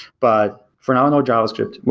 but for now, no javascript.